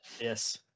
yes